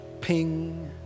Ping